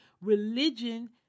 religion